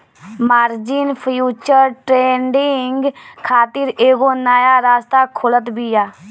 margin future trading खातिर एगो नया रास्ता खोलत बिया